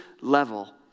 level